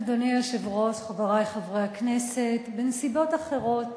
אדוני היושב-ראש, חברי חברי הכנסת, בנסיבות אחרות